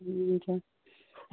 हुन्छ